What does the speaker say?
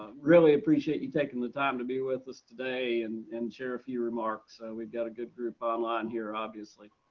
really appreciate you taking the time to be with us today and and share a few remarks so we've got a good group on line here obviously.